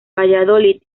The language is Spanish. valladolid